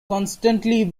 constantly